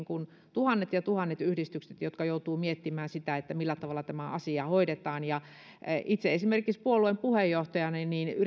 tuhannet ja tuhannet yhdistykset joutuvat miettimään sitä millä tavalla tämä asia hoidetaan itse esimerkiksi puolueen puheenjohtajana